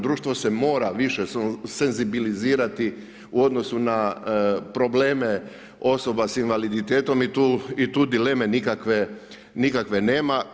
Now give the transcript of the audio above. Društvo se mora više senzibilizirati u odnosu na probleme osoba s invaliditetom i tu dileme nikakve nema.